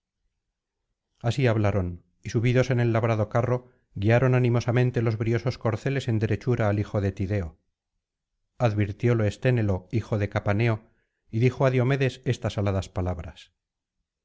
así hablaron y subidos en el labrado carro guiaron animosamente los briosos corceles en derechura al hijo de tideo advirtiólo esténelo hijo de capaneo y dijo á diomedes estas aladas palabras